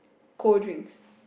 cold drinks